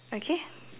okay